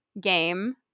game